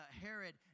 Herod